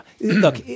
Look